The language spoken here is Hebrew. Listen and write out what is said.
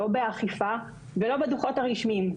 לא באכיפה ולא בדוחות הרשמיים.